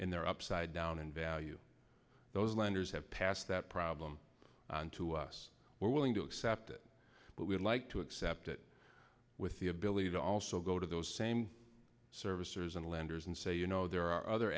and they're upside down in value those lenders have passed that problem onto us we're willing to accept it but we'd like to accept it with the ability to also go to those same servicers and lenders and say you know there are other